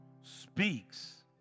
speaks